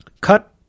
cut